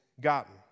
gotten